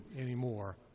anymore